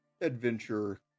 adventure